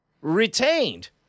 retained